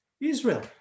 Israel